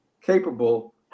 capable